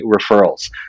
referrals